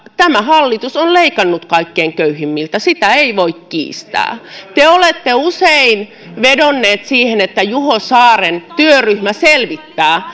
tämä hallitus on leikannut kaikkein köyhimmiltä sitä ei voi kiistää te olette usein vedonneet siihen että juho saaren työryhmä selvittää